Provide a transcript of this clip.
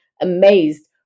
amazed